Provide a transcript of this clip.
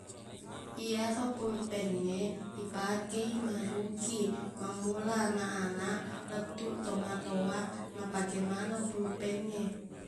Iyaro pulpengnge ipakei marukiq mamula anak-anak lettuq tomatowa napake maneng pulpengnge